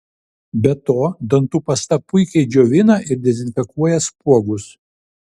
be to dantų pasta puikiai džiovina ir dezinfekuoja spuogus